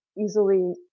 easily